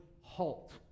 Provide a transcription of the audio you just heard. halt